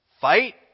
Fight